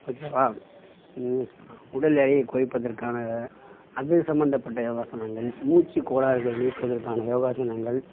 ஓகேவா உடல் எடையை குறைப்பதற்கான அது சம்மந்தப்பட்ட யோகாசனங்கள் மூச்சு கோளாறுகளை நீக்குவதற்கான யோகாசனங்கள்